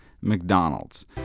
McDonald's